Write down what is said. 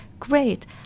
great